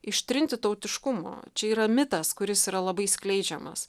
ištrinti tautiškumo čia yra mitas kuris yra labai skleidžiamas